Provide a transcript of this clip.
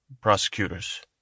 prosecutors